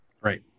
Right